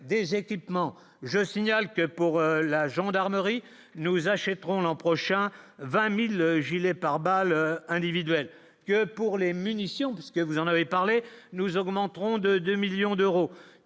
des équipements, je signale que pour la gendarmerie nous achèterons l'an prochain 20000 gilets pare-balles individuelles que pour les munitions parce que vous en avez parlé nous augmenteront de 2 millions d'euros